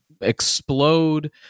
explode